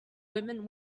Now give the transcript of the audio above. women